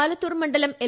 ആലത്തൂർ മണ്ഡലം എൽ